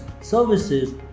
services